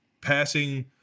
passing